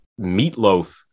meatloaf